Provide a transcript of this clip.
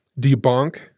debunk